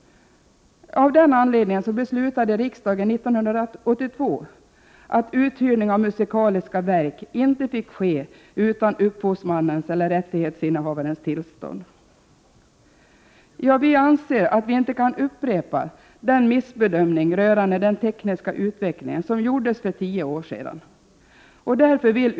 Av den anledningen beslutade riksdagen 1982 att uthyrning av musikaliska verk inte fick ske utan upphovsmannens eller rättighetsinnehavarens tillstånd. Vi anser att vi inte kan upprepa den missbedömning rörande den tekniska utvecklingen som gjordes för tio år sedan.